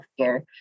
healthcare